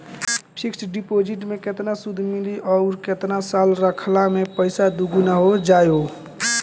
Fix deposit मे केतना सूद मिली आउर केतना साल रखला मे पैसा दोगुना हो जायी?